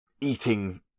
eating